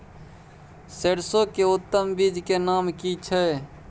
सरसो के उत्तम बीज के नाम की छै?